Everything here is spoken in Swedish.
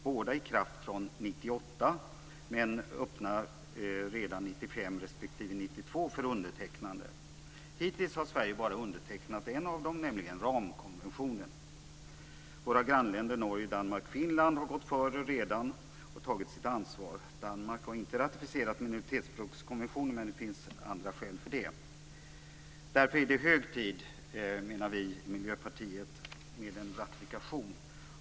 Båda är i kraft sedan 1998 men öppnade redan 1995 respektive 1992 för undertecknande. Hittills har Sverige bara undertecknat en av dessa, nämligen ramkonventionen. Våra grannländer Norge, Danmark och Finland har gått före och redan tagit sitt ansvar. Danmark har inte ratificerat minoritetsspråkskonventionen, men det finns andra skäl till det. Därför menar vi i Miljöpartiet att det är hög tid för en ratifikation.